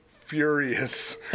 furious